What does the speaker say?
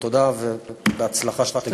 תודה ובהצלחה, שתגיעי בזמן.